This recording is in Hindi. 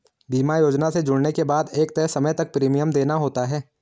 बीमा योजना से जुड़ने के बाद एक तय समय तक प्रीमियम देना होता है